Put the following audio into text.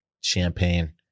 champagne